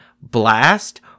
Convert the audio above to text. blast